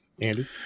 Andy